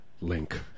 link